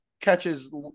catches –